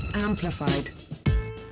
Amplified